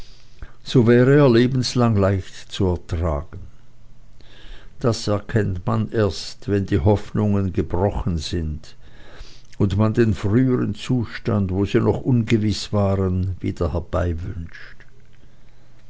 so wäre er lebenslang leicht zu ertragen das erkennt man erst wenn die hoffnungen gebrochen sind und man den frühern zustand wo sie noch ungewiß waren wieder